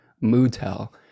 Motel